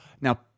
now